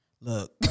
look